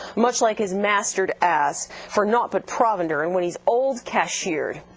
much like his master's ass for nought but provender, and when he's old, cashier'd.